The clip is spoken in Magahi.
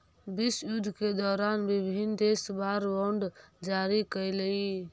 विश्वयुद्ध के दौरान विभिन्न देश वॉर बॉन्ड जारी कैलइ